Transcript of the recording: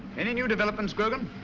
any new developments grogan?